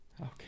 Okay